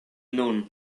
nun